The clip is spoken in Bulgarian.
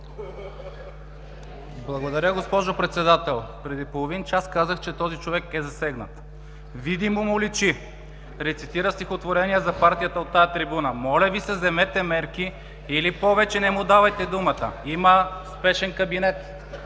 Благодаря, госпожо Председател. Преди половин час казах, че този човек е засегнат. Видимо му личи. Рецитира стихотворения за Партията от тази трибуна. Моля Ви се, вземете мерки или повече не му давайте думата. Има Спешен кабинет…